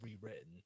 rewritten